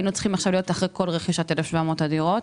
היינו צריכים להיות עכשיו אחרי רכישת 1,700 הדירות.